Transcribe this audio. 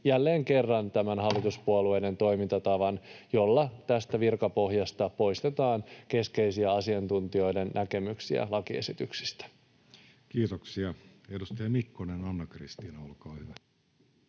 jälleen kerran tämän hallituspuolueiden toimintatavan, että virkapohjasta poistetaan keskeisiä asiantuntijoiden näkemyksiä lakiesityksistä. [Speech 54] Speaker: Jussi Halla-aho